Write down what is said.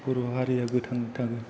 बर' हारिया गोथाङै थागोन